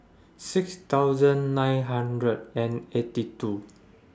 six thousand nine hundred and eighty two